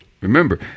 Remember